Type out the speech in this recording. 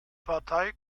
partei